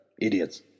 Idiots